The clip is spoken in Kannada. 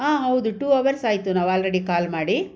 ಆಂ ಹೌದು ಟೂ ಅವರ್ಸ್ ಆಯಿತು ನಾವು ಆಲ್ರೆಡಿ ಕಾಲ್ ಮಾಡಿ